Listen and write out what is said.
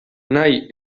nahi